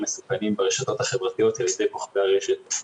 מסוכנים ברשתות החברתיות על ידי כוכבי הרשת.